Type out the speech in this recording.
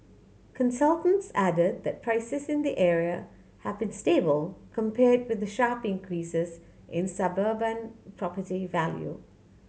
consultants added that prices in the area have been stable compared with the sharp increases in suburban property value